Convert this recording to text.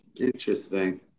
Interesting